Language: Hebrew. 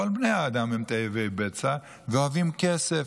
כל בני האדם הם תאבי בצע ואוהבי כסף.